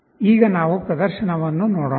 ಈಗ ನಾವು ಪ್ರದರ್ಶನವನ್ನು ನೋಡೋಣ